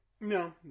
no